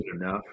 Enough